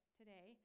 today